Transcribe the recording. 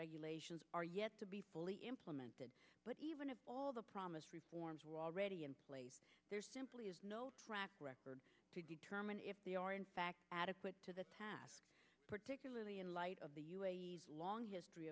regulations are yet to be fully implemented but even if all the promised reforms were already in place there simply is no record to determine if they are in fact adequate to the task particularly in light of the long history